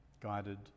guided